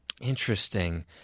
Interesting